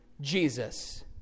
Jesus